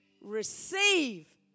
Receive